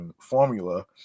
formula